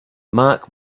marc